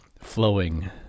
flowing